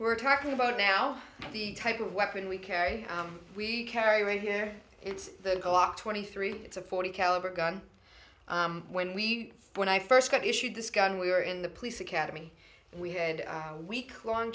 we're talking about now the type of weapon we carry we carry around here it's the glock twenty three it's a forty caliber gun when we when i first got issued this gun we were in the police academy and we had a week long